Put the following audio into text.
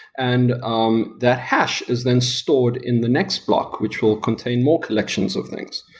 and um that hash is then stored in the next block, which will contain more collections of things.